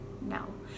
No